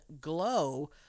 glow